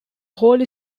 holy